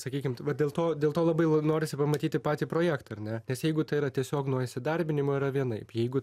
sakykim vat dėl to dėl to labai norisi pamatyti patį projektą ar ne nes jeigu tai yra tiesiog nuo įsidarbinimo yra vienaip jeigu